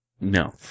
No